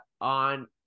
on